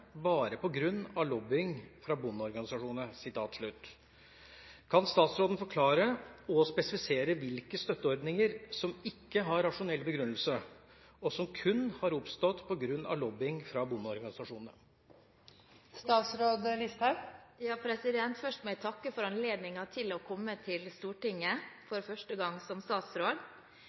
bare på grunn av lobbying fra bondeorganisasjonene». Kan statsråden forklare og spesifisere hvilke støtteordninger som ikke har rasjonell begrunnelse, og som kun har oppstått på grunn av lobbying fra bondeorganisasjonene?» Først må jeg takke for anledningen til å komme til Stortinget for første gang som statsråd.